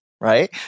right